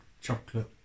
chocolate